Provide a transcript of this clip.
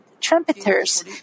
trumpeters